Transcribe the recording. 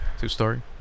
Two-story